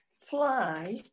fly